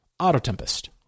Autotempest